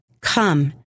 come